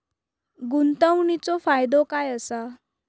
गुंतवणीचो फायदो काय असा?